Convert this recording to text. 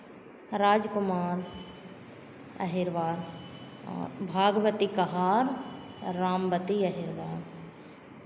राजकुमार अहिरबार और भागवत एकहार रामवती अहिरबार